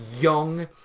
young